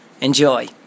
Enjoy